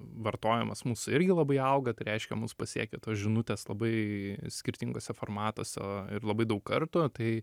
vartojimas mūsų irgi labai auga tai reiškia mus pasiekia tos žinutės labai skirtinguose formatuose ir labai daug kartų tai